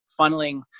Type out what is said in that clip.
funneling